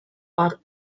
are